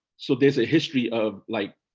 so there's a history of like